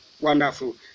Wonderful